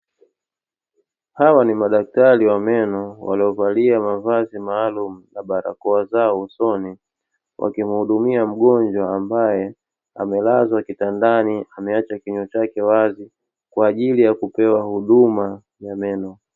Hawa ni madaktari wa meno, waliovalia mavazi maalumu na barakoa zao usoni, wakimuhudumia mgonjwa ambaye amelazwa kitandani, ameacha kinywa chake wazi kwa ajili yakupewa huduma ya meno.